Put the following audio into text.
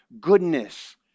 goodness